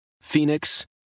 Phoenix